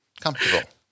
comfortable